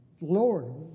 Lord